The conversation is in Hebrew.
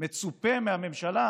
מצופה מהממשלה